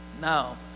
Now